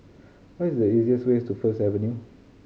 what is the easiest way to First Avenue